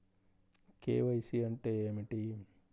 KYC అంటే ఏమిటి?